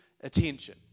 attention